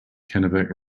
kennebec